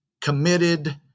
committed